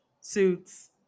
Suits